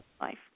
life